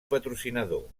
patrocinador